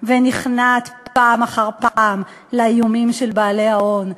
ונכנעת פעם אחר פעם לאיומים של בעלי ההון.